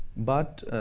but